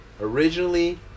Originally